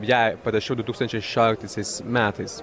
ją parašiau du tūkstančiai šešioliktaisiais metais